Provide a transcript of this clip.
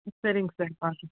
சரிங்க சார்